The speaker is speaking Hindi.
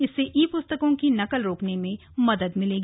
इससे ई पुस्तकों की नकल रोकने में मदद मिलेगी